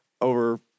over –